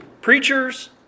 preachers